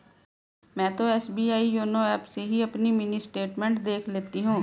मैं तो SBI YONO app से ही अपनी मिनी स्टेटमेंट देख लेती हूँ